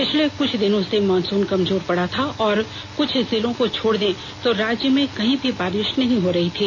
पिछले कुछ दिनों से मॉनसुन कमजोर पड़ा था और कुछ जिलों को छोड़ दें तो राज्य में कहीं भी बारिष नहीं हो रही थी